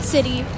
City